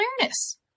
awareness